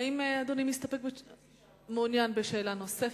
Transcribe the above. האם אדוני מעוניין בשאלה נוספת?